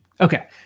Okay